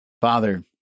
Father